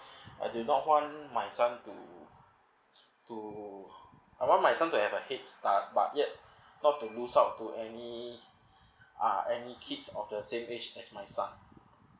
I do not want my son to to I want my son to have a head start but yet not to lose out to any uh any kids of the same age as my son